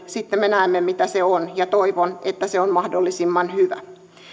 sitten me näemme mitä se on ja toivon että se on mahdollisimman hyvä